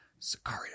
sicario